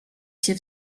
się